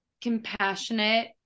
compassionate